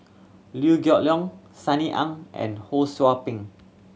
Liew Geok Leong Sunny Ang and Ho Sou Ping